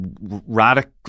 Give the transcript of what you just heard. radical